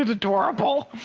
adorable?